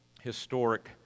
historic